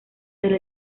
del